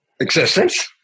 existence